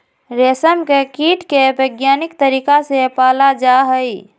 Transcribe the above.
रेशम के कीट के वैज्ञानिक तरीका से पाला जाहई